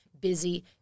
busy